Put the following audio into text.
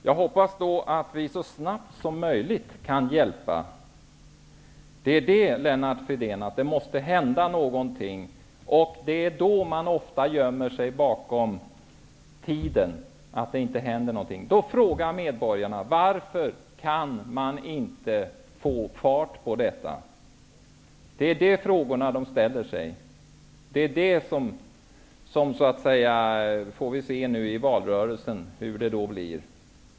Herr talman! Jag hoppas att vi så snabbt som möjligt kan hjälpa dessa människor. Det måste, Lennart Fridén, hända något. Det är då som man ofta gömmer sig bakom tiden. Då frågar medborgarna varför man inte kan få fart på detta. Det är den frågan som de ställer. Vi får se hur det blir i valrörelsen.